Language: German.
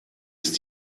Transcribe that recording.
ist